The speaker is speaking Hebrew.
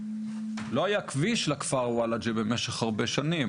לא היה כביש לכפר וולאג'ה במשך הרבה שנים.